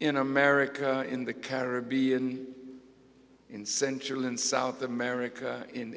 in america in the caribbean in central and south america in